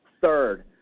Third